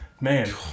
Man